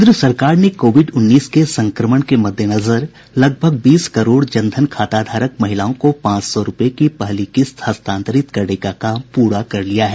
केन्द्र सरकार ने कोविड उन्नीस के संक्रमण के मद्देनजर करीब बीस करोड़ जनधन खाता धारक महिलाओं को पांच सौ रुपये की पहली किस्त हस्तांतरित करने का काम पूरा कर लिया है